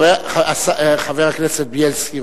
חבר הכנסת בילסקי,